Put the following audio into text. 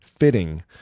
Fitting